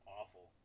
awful